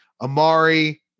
Amari